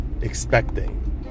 expecting